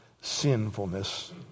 sinfulness